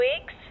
weeks